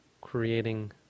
creating